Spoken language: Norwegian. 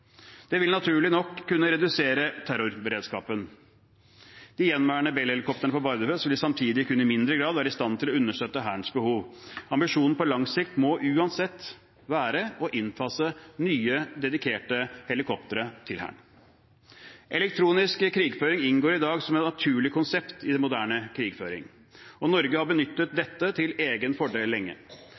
Det vil naturlig nok kunne redusere terrorberedskapen. De gjenværende Bell-helikoptrene på Bardufoss vil samtidig kun i mindre grad være i stand til å understøtte Hærens behov. Ambisjonen på lang sikt må uansett være å innfase nye, dedikerte helikoptre til Hæren. Elektronisk krigføring inngår i dag som et naturlig konsept i moderne krigføring. Norge har benyttet dette til egen fordel lenge.